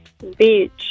Beach